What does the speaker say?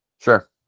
Sure